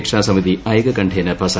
രക്ഷാസമിതി ഐകകണ്ഠേന പാസാക്കി